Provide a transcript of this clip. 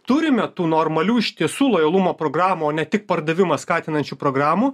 turime tų normalių iš tiesų lojalumo programų ne tik pardavimą skatinančių programų